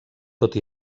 tot